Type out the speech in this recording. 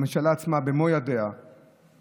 הממשלה עצמה במו ידיה ושריה,